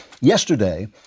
yesterday